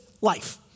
life